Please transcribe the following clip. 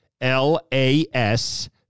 L-A-S